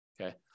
Okay